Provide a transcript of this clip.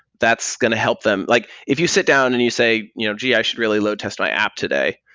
that's going to help them. like if you sit down and you say, you know gee! i should really load test my app today.